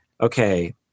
okay